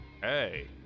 Hey